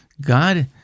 God